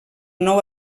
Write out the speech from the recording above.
nou